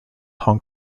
hong